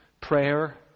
prayer